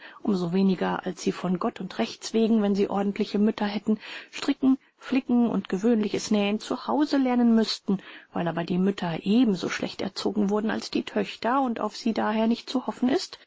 so weniger als sie von gott und rechtswegen wenn sie ordentliche mütter hätten stricken flicken und gewöhnliches nähen zu hause lernen müßten weil aber die mütter ebenso schlecht erzogen wurden als die töchter und auf sie daher nicht zu hoffen ist